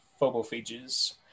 Phobophages